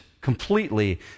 Completely